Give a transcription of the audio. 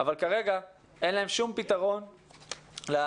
אבל כרגע אין להם שום פתרון לילדים.